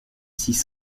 six